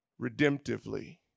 redemptively